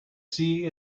sea